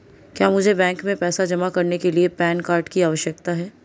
क्या मुझे बैंक में पैसा जमा करने के लिए पैन कार्ड की आवश्यकता है?